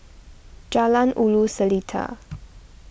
Jalan Ulu Seletar